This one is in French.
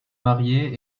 mariée